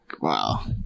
wow